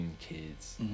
kids